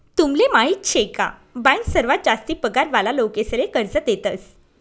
तुमले माहीत शे का बँक सर्वात जास्ती पगार वाला लोकेसले कर्ज देतस